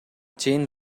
чейин